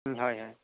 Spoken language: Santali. ᱦᱳᱭ ᱦᱳᱭ